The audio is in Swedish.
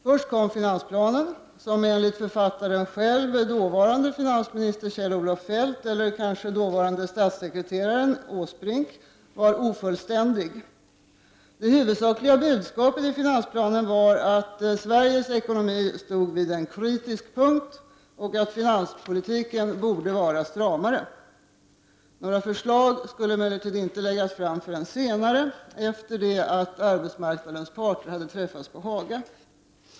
Först kom finansplanen som enligt författaren själv — dåvarande finansminister Kjell-Olof Feldt eller kanske dåvarande statssekreteraren Åsbrink — var ofullständig. Det huvudsakliga budskapet i finansplanen var att Sveriges ekonomi stod inför en ”kritisk punkt” och att finanspolitiken borde vara stramare. Förslag skulle emellertid inte läggas fram förrän senare, efter det att arbetsmarknadens parter hade träffats på Haga.